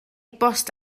bost